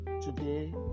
today